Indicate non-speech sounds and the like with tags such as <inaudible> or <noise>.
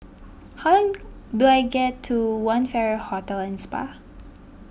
how <hesitation> do I get to one Farrer Hotel and Spa